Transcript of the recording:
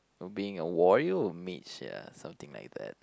being a warrior or mage ya something like that